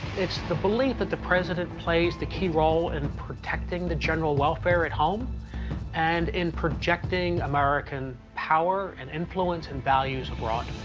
it's the belief that the president plays the key role in protecting the general welfare at home and in projecting american power and influence and values abroad.